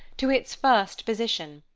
to its first position,